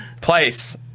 place